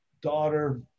daughter